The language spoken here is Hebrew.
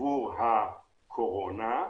עבור הקורונה,